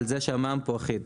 על זה שהמע"מ פה אחיד.